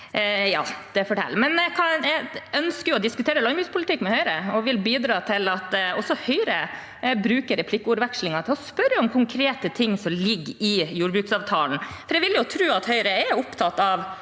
Jeg ønsker å diskutere landbrukspolitikk med Høyre og vil bidra til at også Høyre bruker replikkordskiftet til å spørre om konkrete ting som ligger i jordbruksavtalen. Jeg vil jo tro at Høyre er opptatt av